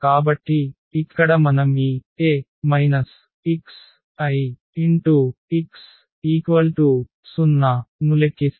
కాబట్టి ఇక్కడ మనం ఈ A xIx 0 నులెక్కిస్తే